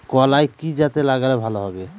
কলাই কি জাতে লাগালে ভালো হবে?